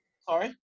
Sorry